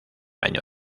año